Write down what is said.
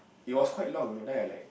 it was quite long you know then I like